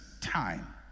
time